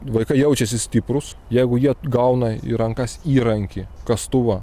vaikai jaučiasi stiprūs jeigu jie gauna į rankas įrankį kastuvą